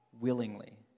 willingly